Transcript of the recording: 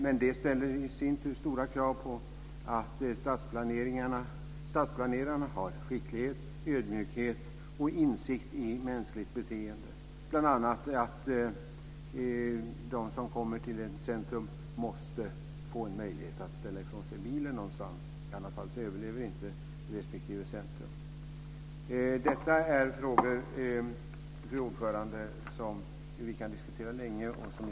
Dessa ställer i sin tur stora krav på att stadsplanerarna har skicklighet, ödmjukhet och insikt i mänskligt beteende. T.ex. måste de som kommer till ett centrum få en möjlighet att ställa ifrån sig bilen någonstans. I annat fall överlever inte respektive centrum. Detta är frågor som vi kan diskutera länge, fru talman.